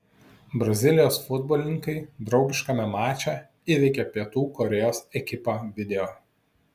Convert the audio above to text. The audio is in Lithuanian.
brazilijos futbolininkai draugiškame mače įveikė pietų korėjos ekipą video